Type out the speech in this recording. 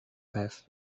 bath